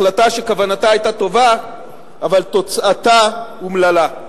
החלטה שכוונתה היתה טובה אבל תוצאתה אומללה.